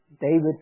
David